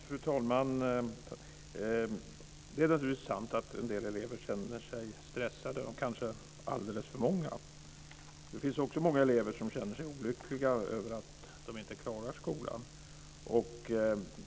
Fru talman! Det är naturligtvis sant att en del elever känner sig stressade, kanske alldeles för många. Det finns också många elever som känner sig olyckliga över att de inte klarar skolan.